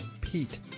Pete